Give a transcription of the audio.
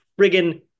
friggin